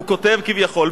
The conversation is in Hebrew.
הוא כותב כביכול,